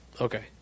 Okay